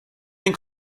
ein